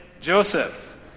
Joseph